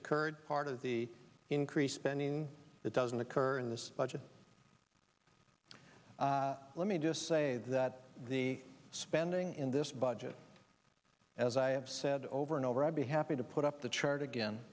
occurred part of the increased spending that doesn't occur in this budget let me just say that the spending in this budget as i have said over and over i'd be happy to put up the chart again